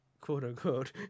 quote-unquote